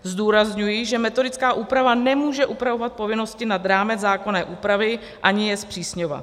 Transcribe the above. Zdůrazňuji, že metodická úprava nemůže upravovat povinnosti nad rámec zákonné úpravy, ani je zpřísňovat.